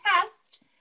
test